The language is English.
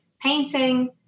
painting